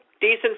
decent